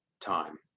time